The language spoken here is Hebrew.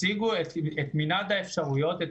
הציגו את מנעד האפשרויות, את